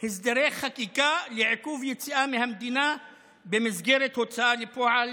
הסדרי חקיקה לעיכוב יציאה מהמדינה במסגרת הוצאה לפועל